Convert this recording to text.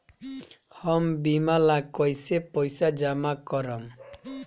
हम बीमा ला कईसे पईसा जमा करम?